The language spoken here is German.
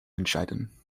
entscheiden